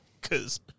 cause